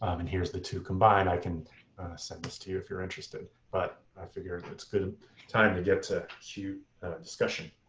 um and here's the two combined. i can send this to you, if you're interested. but i figure it's a good time to get to to discussion,